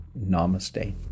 Namaste